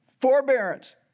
Forbearance